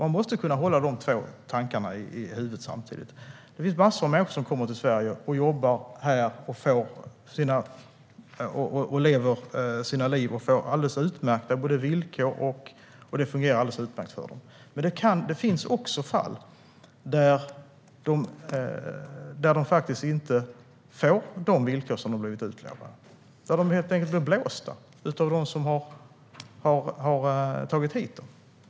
Man måste kunna hålla de två tankarna i huvudet samtidigt. Det finns massor av människor som kommer till Sverige, jobbar här, lever sina liv och får alldeles utmärkta villkor. Men det finns också fall där personer inte får de villkor som de har blivit utlovade. De blir helt enkelt blåsta av dem som har tagit hit dem.